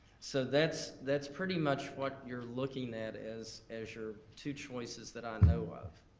so that's that's pretty much what you're looking at as as your two choices that i know of.